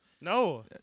No